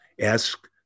Ask